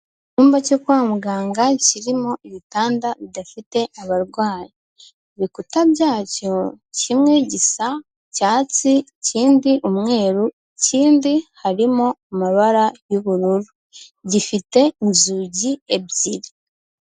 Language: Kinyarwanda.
Icyumba cyo kwa muganga kirimo ibitanda bidafite abarwayi. Ibikuta byacyo kimwe gisa cyatsi, ikindi umweru, ikindi harimo amabara y'ubururu, gifite inzugi ebyiri.